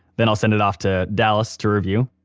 then i'll send it off to dallas to review.